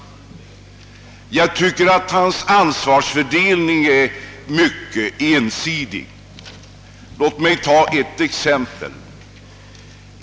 Jag tycker att den ansvarsfördelning som han gjort är mycket ensidig. Låt mig ta ett exempel.